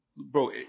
Bro